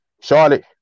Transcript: Charlotte